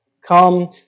come